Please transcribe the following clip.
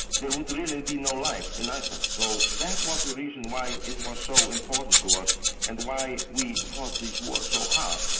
there would really be no life in iceland. so that was the reason why it was so important to us and why we fought these wars so hard.